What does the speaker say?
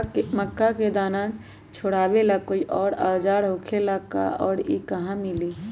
मक्का के दाना छोराबेला कोई औजार होखेला का और इ कहा मिली?